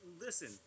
listen